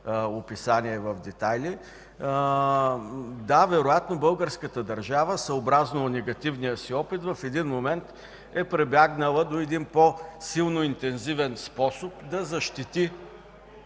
описание в детайли. Да, вероятно българската държава, съобразно негативния си опит, в един момент е прибягнала до един по-силно интензивен способ да защити